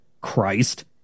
Christ